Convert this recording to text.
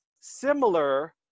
similar